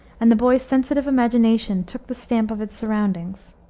and the boy's sensitive imagination took the stamp of his surroundings.